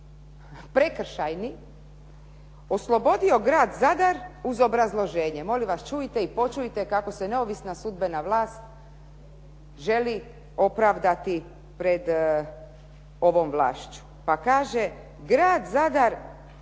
prekršajni oslobodio Grad Zadar uz obrazloženje. Molim vas čujte i počujte kako se neovisna sudbena vlast želi opravdati pred ovom vlašću, pa kaže: “Grad Zadar